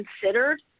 considered